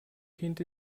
kind